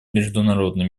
международной